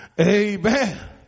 Amen